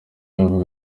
abo